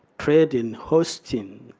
trade in hosting?